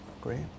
great